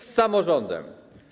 Z samorządem.